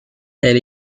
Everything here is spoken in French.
elle